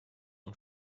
und